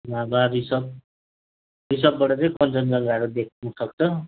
लाभा रिसप रिसपबाट चाहिँ कञ्चनजङ्गाहरू देख्नसक्छ